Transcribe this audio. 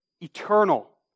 eternal